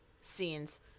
scenes